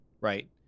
right